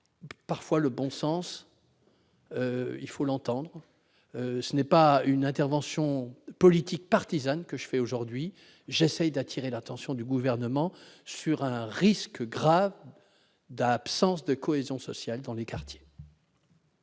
Parfois, il faut entendre le bon sens. Ce n'est pas une intervention politique partisane que je fais aujourd'hui ; j'essaie d'attirer l'attention du Gouvernement sur un risque grave pour la cohésion sociale dans les quartiers.